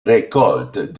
récoltes